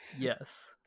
yes